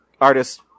artist